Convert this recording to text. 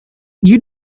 you